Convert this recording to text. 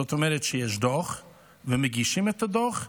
זאת אומרת שיש דוח ומגישים את הדוח,